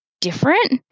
different